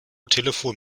telefon